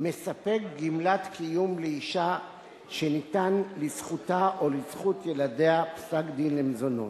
מספק גמלת קיום לאשה שניתן לזכותה או לזכות ילדיה פסק-דין למזונות.